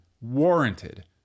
warranted